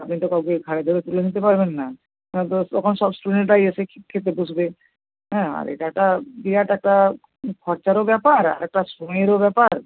আপনি তো কাউকে ঘাড়ে ধরে তুলে দিতে পারবেন না তখন তো তখন সব স্টুডেন্টরাই এসে খেতে বসবে হ্যাঁ আর এটা একটা বিরাট একটা খরচারও ব্যাপার আর একটা সময়েরও ব্যাপার